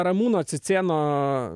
ramūno cicėno